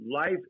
life